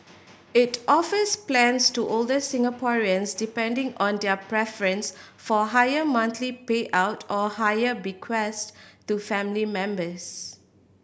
it offers plans to older Singaporeans depending on their preference for higher monthly payout or higher bequest to family members